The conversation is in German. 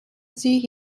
sich